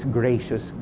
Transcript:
gracious